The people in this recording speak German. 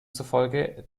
zufolge